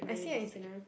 I see your Instagram